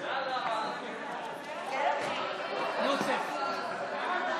חינוך חינם לפעוטות ולילדים),